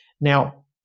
Now